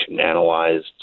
analyzed